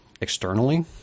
externally